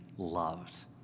loved